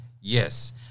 Yes